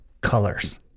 colors